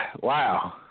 Wow